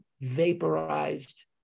vaporized